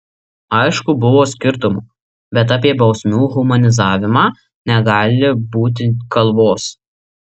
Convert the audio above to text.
aišku buvo skirtumų bet apie bausmių humanizavimą negali būti kalbos